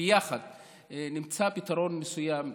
שביחד נמצא פתרון מסוים,